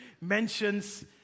mentions